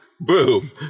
Boom